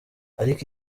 ariko